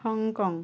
Hong Kong